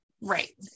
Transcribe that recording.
Right